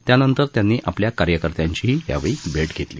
त्यानंतर त्यांनी आपल्या कार्यकर्त्यांचीही यावेळी भेट घेतली